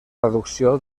reducció